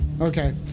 okay